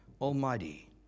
Almighty